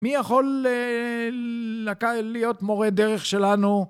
מי יכול להיות מורה דרך שלנו?